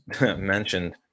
mentioned